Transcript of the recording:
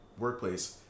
workplace